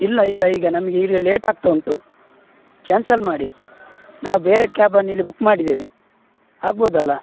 ಇಲ್ಲ ಇಲ್ಲ ಈಗ ನಮಗೆ ಈಗ ಲೇಟಾಗ್ತಾ ಉಂಟು ಕ್ಯಾನ್ಸಲ್ ಮಾಡಿ ನಾವು ಬೇರೆ ಕ್ಯಾಬನ್ನಿಲ್ಲಿ ಬುಕ್ ಮಾಡಿದ್ದೇವೆ ಆಗ್ಬೋದಲ್ಲ